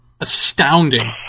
astounding